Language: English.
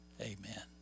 Amen